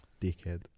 dickhead